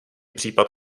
případ